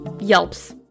yelps